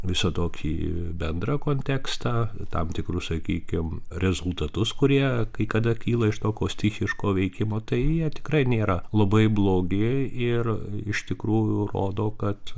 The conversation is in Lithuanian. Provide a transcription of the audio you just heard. visą tokį bendrą kontekstą tam tikrus sakykim rezultatus kurie kai kada kyla iš tokio stichiško veikimo tai jie tikrai nėra labai blogi ir iš tikrųjų rodo kad